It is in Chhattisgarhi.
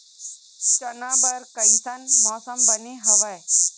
चना बर कइसन मौसम बने हवय?